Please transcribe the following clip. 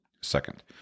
second